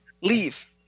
leave